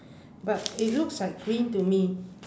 but it looks like green to me